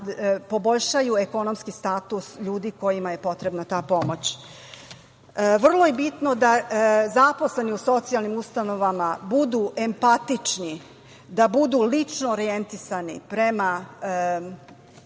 poboljšaju ekonomski status ljudi kojima je potrebna ta pomoć. Vrlo je bitno da zaposleni u socijalnim ustanovama budu empatični, da butu lično orijentisan prema